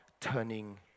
turning